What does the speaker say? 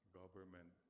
government